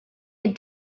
had